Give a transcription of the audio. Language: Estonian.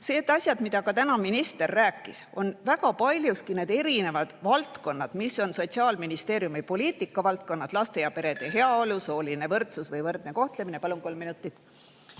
asja. Asjad, mida ka täna minister rääkis, on väga paljuski need erinevad valdkonnad, mis on Sotsiaalministeeriumi poliitikavaldkonnad, laste ja perede heaolu, sooline võrdsus või võrdne kohtlemine ... Palun kolm minutit